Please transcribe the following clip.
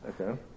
okay